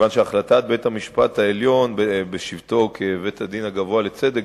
החלטת בית-המשפט העליון בשבתו כבית-הדין הגבוה לצדק,